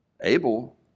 Abel